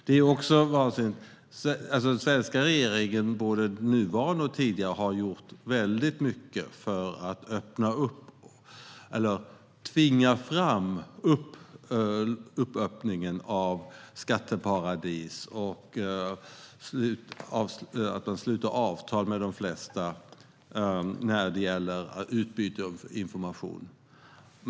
De svenska regeringarna, både nuvarande och tidigare, har gjort mycket för att tvinga fram en öppning av skatteparadis. Man sluter avtal med de flesta när det gäller utbyte av information.